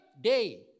day